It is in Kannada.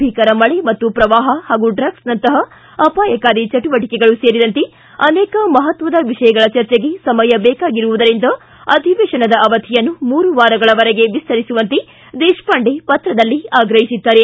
ಭೀಕರ ಮಳೆ ಮತ್ತು ಪ್ರವಾಹ ಹಾಗೂ ಡ್ರಗ್ಸ್ನಂತಹ ಅಪಾಯಕಾರಿ ಚಟುವಟಿಕೆಗಳು ಸೇರಿದಂತೆ ಅನೇಕ ಮಹತ್ವದ ವಿಷಯಗಳ ಚರ್ಚೆಗೆ ಸಮಯ ಬೇಕಾಗಿರುವುದರಿಂದ ಅಧಿವೇಶನದ ಅವಧಿಯನ್ನು ಮೂರು ವಾರಗಳವರೆಗೆ ವಿಸ್ತರಿಸುವಂತೆ ದೇಶಪಾಂಡೆ ಪತ್ರದಲ್ಲಿ ಆಗ್ರಹಿಸಿದ್ದಾರೆ